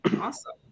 Awesome